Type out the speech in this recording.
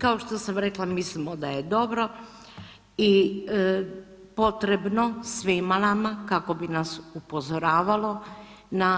Kao što sam rekla, mislimo da je dobro i potrebno svima nama kako bi nas upozoravalo na